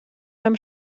beim